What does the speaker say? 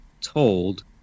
told